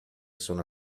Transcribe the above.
sono